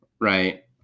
Right